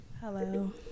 hello